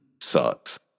sucks